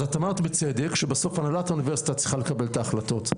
אז את אמרת בצדק שבסוף הנהלת האוניברסיטה צריכה לקבל את ההחלטות,